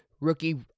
rookie